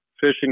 fishing